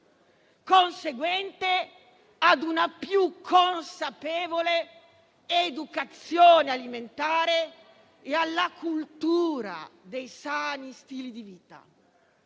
conseguente a una più consapevole educazione alimentare e alla cultura dei sani stili di vita.